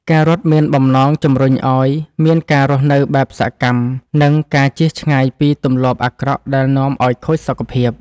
ការរត់មានបំណងជម្រុញឱ្យមានការរស់នៅបែបសកម្ម និងការជៀសឆ្ងាយពីទម្លាប់អាក្រក់ដែលនាំឱ្យខូចសុខភាព។